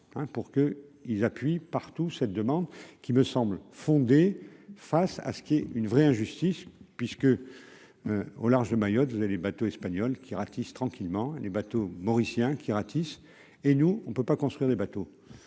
pour que ils appuient partout cette demande qui me semble fondée, face à ce qui est une vraie injustice puisque, au large de Mayotte, vous allez bateaux espagnols qui ratisse tranquillement les bateaux mauricien qui ratisse et nous, on ne peut pas construire des bateaux,